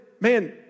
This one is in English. man